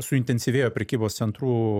suintensyvėjo prekybos centrų